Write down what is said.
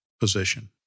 position